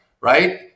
Right